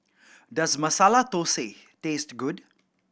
does Masala Thosai taste good